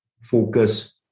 Focus